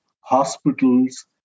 hospitals